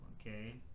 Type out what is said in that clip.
okay